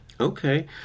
Okay